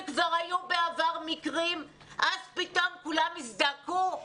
כבר היו בעבר מקרים ואז פתאום כולם הזדעקו.